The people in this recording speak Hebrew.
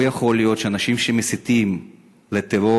לא יכול להיות שאנשים שמסיתים לטרור,